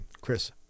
Chris